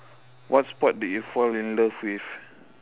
what sport did you fall in love with